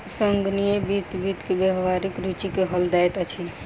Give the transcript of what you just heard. संगणकीय वित्त वित्त के व्यावहारिक रूचि के हल दैत अछि